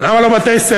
למה לא בתי-ספר?